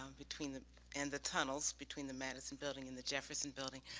um between the and the tunnels between the madison building and the jefferson building.